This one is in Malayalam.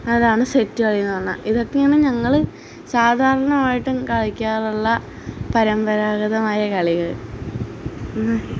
അതാണ് സെറ്റ് കളി എന്ന് പറഞ്ഞാല് ഇതൊക്കെയാണ് ഞങ്ങള് സാധാരണമായിട്ടും കളിക്കാറുള്ള പരമ്പരാഗതമായ കളികൾ